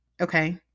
okay